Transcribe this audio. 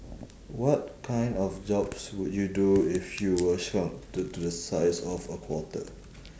what kind of jobs would you do if you were shrunk to to the size of a quarter